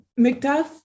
McDuff